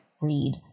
read